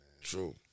True